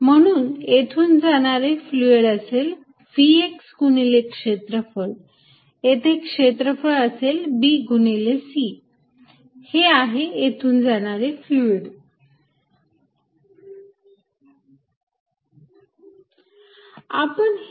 म्हणून येथून जाणारे फ्लुईड असेल Vx गुणिले क्षेत्रफळ येथे क्षेत्रफळ असेल b गुणिले c हे आहे येथून जाणारे फ्लुईड